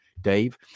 Dave